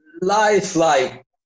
lifelike